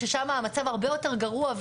ששם המצב הרבה יותר גרוע,